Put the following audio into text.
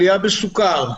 עלייה בסוכר,